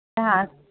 हा